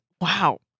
Wow